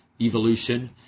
evolution